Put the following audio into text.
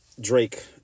drake